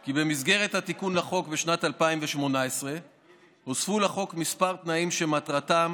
כי במסגרת התיקון לחוק בשנת 2018 הוספו לחוק כמה תנאים שמטרתם